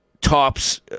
tops